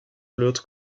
l’autre